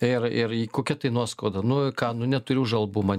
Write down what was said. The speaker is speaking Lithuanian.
ir ir kokia tai nuoskauda nu ką nu neturiu už albumą